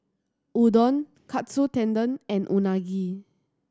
Udon Katsu Tendon and Unagi